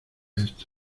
esto